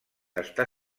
està